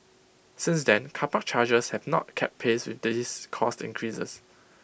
since then car park charges have not kept pace with these cost increases